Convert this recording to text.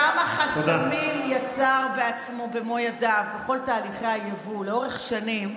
כמה חסמים יצר בעצמו במו ידיו בכל תהליכי היבוא לאורך שנים,